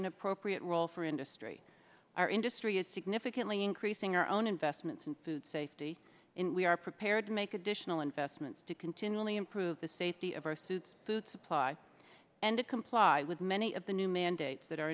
an appropriate role for industry our industry is significantly increasing our own investments in food safety in we are prepared to make additional investments to continually improve the safety of our suits food supply and to comply with many of the new mandates that are